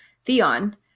Theon